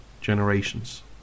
generations